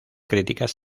críticas